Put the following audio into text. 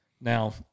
Now